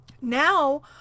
Now